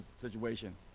situation